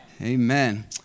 Amen